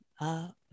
up